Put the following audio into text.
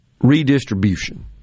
redistribution